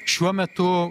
šiuo metu